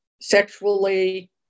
sexually